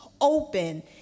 open